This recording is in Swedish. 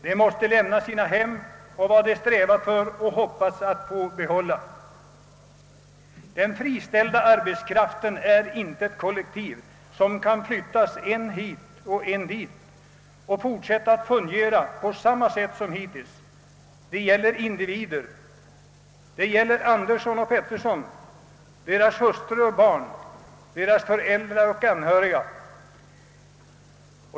De måste lämna sina hem och vad de strävat för och hoppats att få behålla. Den friställda arbetskraften är inte ett kollektiv som kan flyttas än hit och än dit och fortsätta att fungera på samma sätt som hittills. Det gäller individer, det gäller Andersson och Pettersson, deras hustrur och barn, deras föräldrar och anhöriga.